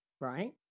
right